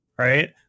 Right